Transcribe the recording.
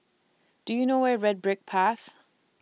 Do YOU know Where IS Red Brick Path